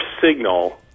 signal